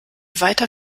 weiter